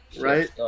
Right